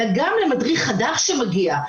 אלא גם למדריך חדש שמגיע,